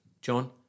John